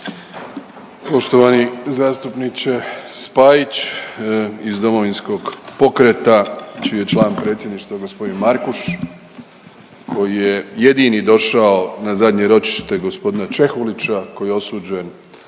Poštovani zastupniče Spajić iz Domovinskog pokreta, čiji je član predsjedništva gospodin Markuš, koji je jedini došao na zadnje ročište gospodina Čehulića, koji je osuđen